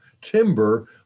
timber